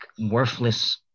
worthless